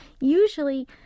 usually